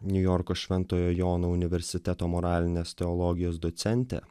niujorko šventojo jono universiteto moralinės teologijos docentė